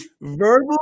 Verbal